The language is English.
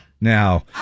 Now